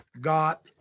got